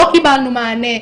לא קיבלנו מענה.